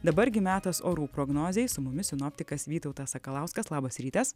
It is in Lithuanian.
dabar gi metas orų prognozei su mumis sinoptikas vytautas sakalauskas labas rytas